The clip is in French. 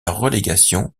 relégation